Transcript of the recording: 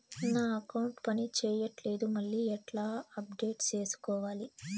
నా అకౌంట్ పని చేయట్లేదు మళ్ళీ ఎట్లా అప్డేట్ సేసుకోవాలి?